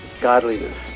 godliness